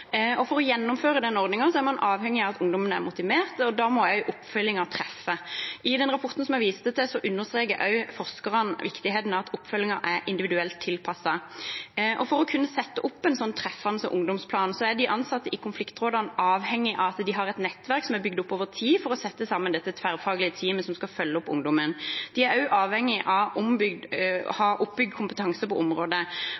For å gjennomføre den ordningen er man avhengig av at ungdommen er motivert, og da må også oppfølgingen treffe. I den rapporten som jeg viste til, understreker forskerne viktigheten av at oppfølgingen er individuelt tilpasset. For å kunne sette opp en slik treffende ungdomsplan er de ansatte i konfliktrådene avhengig av at de har et nettverk som er bygd opp over tid for å sette sammen dette tverrfaglige teamet som skal følge opp ungdommen. De er også avhengig av